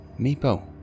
Meepo